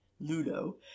ludo